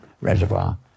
reservoir